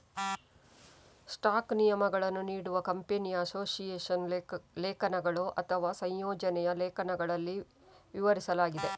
ಸ್ಟಾಕ್ನ ನಿಯಮಗಳನ್ನು ನೀಡುವ ಕಂಪನಿಯ ಅಸೋಸಿಯೇಷನ್ ಲೇಖನಗಳು ಅಥವಾ ಸಂಯೋಜನೆಯ ಲೇಖನಗಳಲ್ಲಿ ವಿವರಿಸಲಾಗಿದೆ